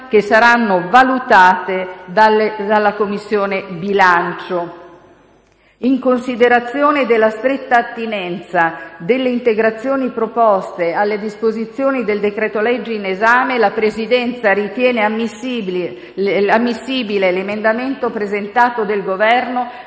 che saranno valutate dalla Commissione bilancio. In considerazione della stretta attinenza delle integrazioni proposte alle disposizioni del decreto-legge in esame, la Presidenza ritiene ammissibile l'emendamento presentato dal Governo,